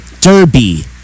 Derby